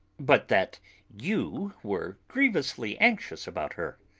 but that you were grievously anxious about her.